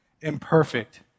imperfect